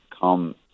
come